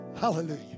Hallelujah